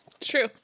True